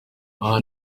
aha